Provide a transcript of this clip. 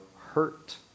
hurt